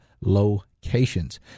locations